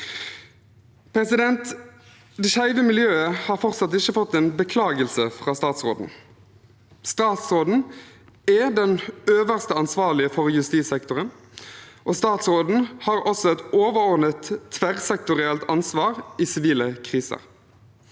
avverget. Det skeive miljøet har fortsatt ikke fått en beklagelse fra statsråden. Statsråden er den øverste ansvarlige for justissektoren, og statsråden har også et overordnet tverrsektorielt ansvar i sivile kriser.